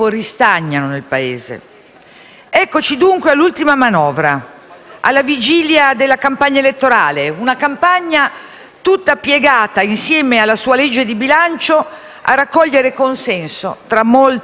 Eccoci dunque all'ultima manovra, alla vigilia della campagna elettorale, una campagna tutta piegata, insieme alla sua legge di bilancio, a raccogliere consenso tra molte microcategorie